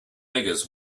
beggars